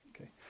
Okay